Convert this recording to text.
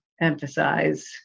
emphasize